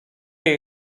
jej